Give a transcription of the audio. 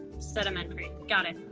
sedimentary, got it.